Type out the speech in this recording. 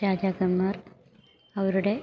രാജാക്കന്മാർ അവരുടെ